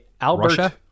Albert